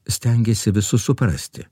stengėsi visus suprasti